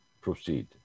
proceed